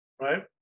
right